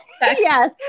yes